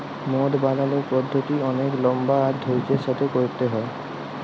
মদ বালালর পদ্ধতি অলেক লম্বা আর ধইর্যের সাথে ক্যইরতে হ্যয়